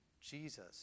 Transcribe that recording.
Jesus